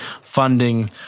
funding